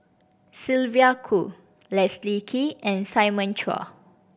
Sylvia Kho Leslie Kee and Simon Chua